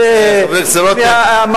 חלק, חבר הכנסת רותם, נא להתאפק.